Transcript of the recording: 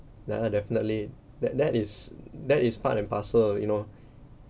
ya definitely that that is that is part and parcel you know